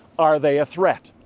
are they a threat?